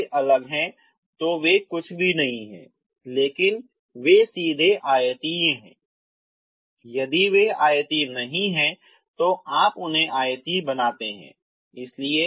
यदि वे अलग हैं तो वे कुछ भी नहीं हैं लेकिन वे सीधे आयतीय हैं यदि वे आयतीय नहीं हैं तो आप उन्हें आयतीय बनाते हैं